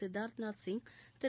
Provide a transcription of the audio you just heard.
Siddharth Nath Singh Thiru